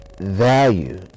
value